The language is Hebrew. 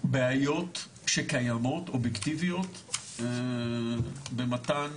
בעיות שקיימות אובייקטיביות במתן